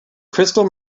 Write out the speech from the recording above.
crystal